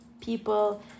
people